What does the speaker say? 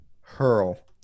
hurl